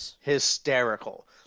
hysterical